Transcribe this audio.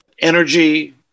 energy